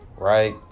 right